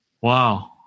wow